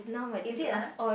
is it ah